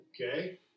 Okay